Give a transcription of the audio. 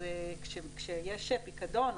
כשיש פיקדון,